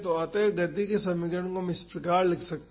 अतः गति के समीकरण को हम इस प्रकार लिख सकते हैं